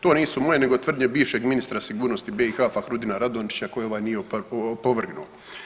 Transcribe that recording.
To nisu moje nego tvrdnje bivšeg ministra sigurnosti BiH Fahrudina Radončića koje ovaj nije opovrgnuo.